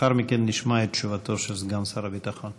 לאחר מכן נשמע את תשובתו של סגן שר הביטחון.